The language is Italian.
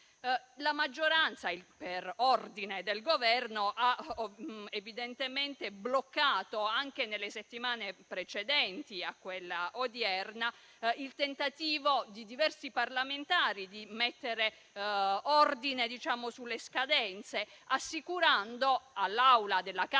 La maggioranza, per ordine del Governo, ha evidentemente bloccato, anche nelle settimane precedenti a quella odierna, il tentativo di diversi parlamentari di mettere ordine sulle scadenze, assicurando all'Aula della Camera